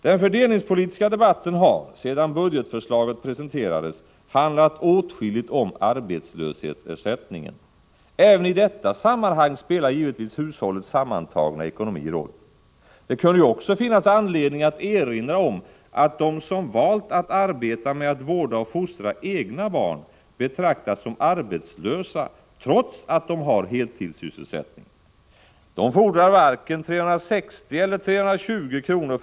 Den fördelningspolitiska debatten har sedan budgetförslaget presenterades handlat åtskilligt om arbetslöshetsersättningen. Även i detta sammanhang spelar givetvis hushållets sammantagna ekonomi roll. Det kan också finnas anledning att erinra om att de som valt att arbeta med att vårda och fostra egna barn betraktas som arbetslösa, trots att de har heltidssysselsättning. De fordrar varken 360 eller 320 kr.